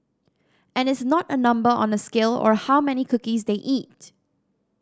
and it's not a number on a scale or how many cookies they eat